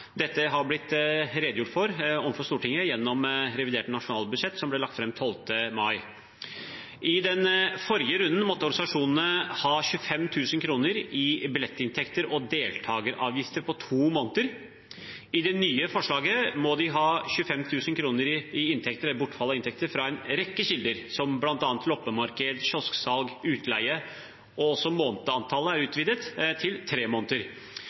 Dette har blitt redegjort for overfor Stortinget gjennom revidert nasjonalbudsjett, som ble lagt fram 12. mai. I den forrige runden måtte organisasjonene ha 25 000 kr i bortfall av billettinntekter og deltakeravgifter på to måneder. I det nye forslaget må de ha 25 000 kr i bortfall av inntekter fra en rekke kilder, som bl.a. loppemarked, kiosksalg, utleie. Månedsantallet er også utvidet til tre måneder.